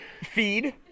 feed